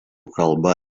kalba